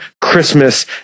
Christmas